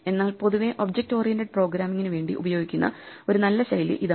എന്നാൽ പൊതുവെ object oriented പ്രോഗ്രാമിങ്ങിന് വേണ്ടി ഉപയോഗിക്കുന്ന ഒരു നല്ല ശൈലി ഇതാണ്